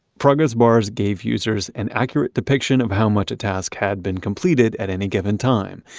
progress bars gave users an accurate depiction of how much a task had been completed at any given time.